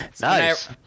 Nice